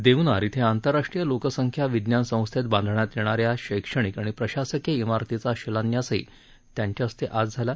देवनार इथं आंतरराष्ट्रीय लोकसंख्या विज्ञान संस्थेत बांधण्यात येणाऱ्या शैक्षणिक आणि प्रशासकीय इमारतीचा शिलान्यासही त्यांच्या हस्ते आज झाला